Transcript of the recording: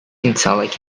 intellect